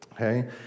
okay